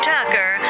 Tucker